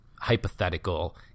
hypothetical